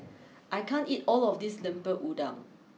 I can't eat all of this Lemper Udang